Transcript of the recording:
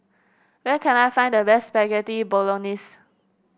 where can I find the best Spaghetti Bolognese